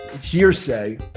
hearsay